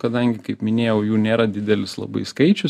kadangi kaip minėjau jų nėra didelis labai skaičius